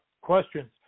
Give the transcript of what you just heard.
questions